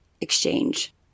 exchange